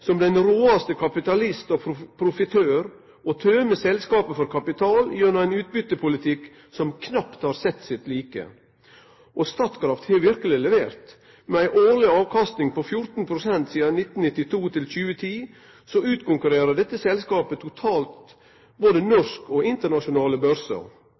som den råaste kapitalisten og profitøren, og tømmer selskapet for kapital gjennom ein utbyttepolitikk som knapt har sett sin like. Og Statkraft har verkeleg levert. Med ei årleg avkasting på 14 pst. frå 1992 til 2010 utkonkurrerer dette selskapet totalt både norsk børs og internasjonale børsar.